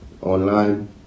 online